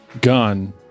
gun